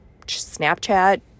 Snapchat